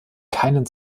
keinen